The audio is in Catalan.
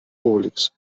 públics